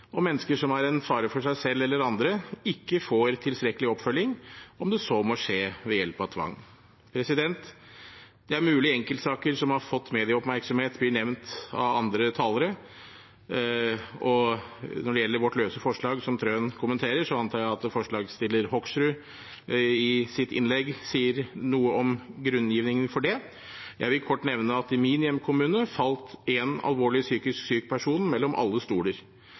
mennesker som er en fare for seg selv eller andre, ikke får tilstrekkelig oppfølging – om det så må skje ved hjelp av tvang. Det er mulig enkeltsaker som har fått medieoppmerksomhet, blir nevnt av andre talere. Når det gjelder vårt løse forslag, som representanten Wilhelmsen Trøen kommenterer, antar jeg at forslagsstiller Hoksrud i sitt innlegg sier noe om grunngivingen for det. Jeg vil kort nevne at i min hjemkommune falt en alvorlig psykisk syk person mellom alle stoler.